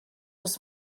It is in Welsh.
oes